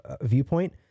viewpoint